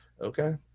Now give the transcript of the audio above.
Okay